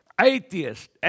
Atheist